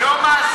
טול קורה מבין